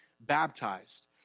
baptized